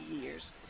years